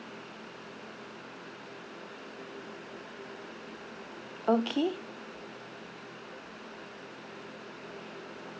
okay